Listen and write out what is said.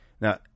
Now